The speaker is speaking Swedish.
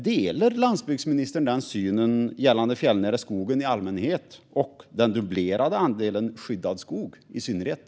Delar landsbygdsministern den synen gällande fjällnära skogen i allmänhet och den dubblerade andelen skyddad skog i synnerhet?